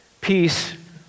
Peace